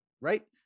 right